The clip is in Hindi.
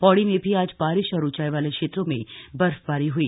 पौड़ी में भी आज बारिश और ऊंचाई वाले क्षेत्रों में बर्फबारी हुई